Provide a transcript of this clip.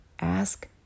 Ask